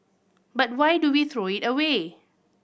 but why do we throw it away